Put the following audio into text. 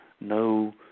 no